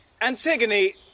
Antigone